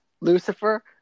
Lucifer